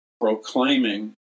proclaiming